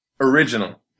original